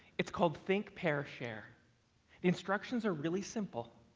it's called think-pair-share. the instructions are really simple.